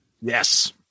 Yes